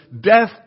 death